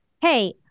Hey